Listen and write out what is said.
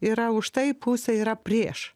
yra už tai pusė yra prieš